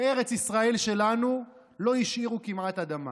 מארץ ישראל שלנו לא השאירו כמעט אדמה: